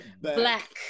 black